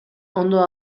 ondo